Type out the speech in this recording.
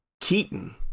Keaton